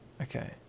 Okay